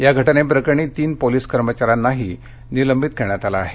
या घटनेप्रकरणी तीन पोलिस कर्मचाऱ्यांनाही निलंबित करण्यात आलं आहे